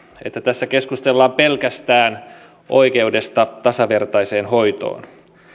että tässä keskustellaan pelkästään oikeudesta tasavertaiseen hoitoon